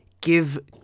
give